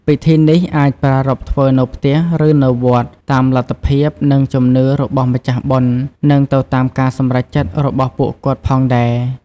ពិធីនេះអាចប្រារព្ធធ្វើនៅផ្ទះ ឬនៅវត្ត តាមលទ្ធភាព និងជំនឿរបស់ម្ចាស់បុណ្យ និងទៅតាមការសម្រេចចិត្តរបស់ពួកគាត់ផងដែរ។